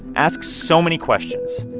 ask so many questions.